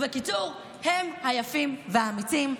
ובקיצור הם היפים והאמיצים,